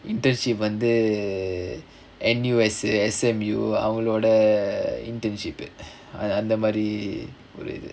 internship வந்து:vanthu N_U_S S_M_U அவங்களோட:avangaloda internship அந்தமாரி ஒரு இது:anthamaari oru ithu